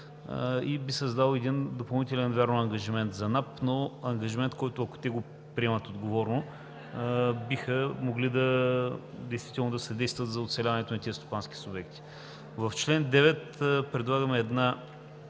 и би създало един допълнителен ангажимент на НАП, но ангажимент, който, ако те го приемат отговорно, биха могли действително да съдействат за оцеляването на тези стопански субекти. В чл. 9 предлагаме една